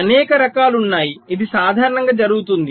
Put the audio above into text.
అనేక రకాలు ఉన్నాయి ఇది సాధారణంగా జరుగుతుంది